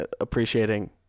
appreciating